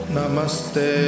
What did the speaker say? Namaste